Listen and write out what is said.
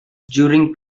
during